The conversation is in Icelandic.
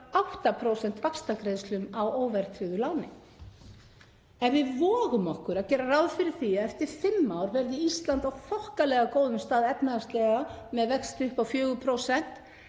8% vaxtagreiðslum af óverðtryggðu láni. Ef við vogum okkur að gera ráð fyrir því að eftir fimm ár verði Ísland á þokkalega góðum stað efnahagslega með vexti upp á 4%